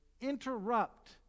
interrupt